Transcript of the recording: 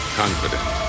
confident